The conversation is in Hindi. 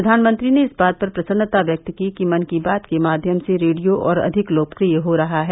प्रधानमंत्री ने इस बात पर प्रसन्नता व्यक्त की कि मन की बात के माध्यम से रेडियो और अधिक लोकप्रिय हो रहा है